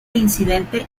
incidente